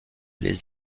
les